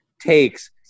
takes